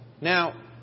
Now